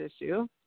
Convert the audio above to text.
issue